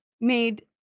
made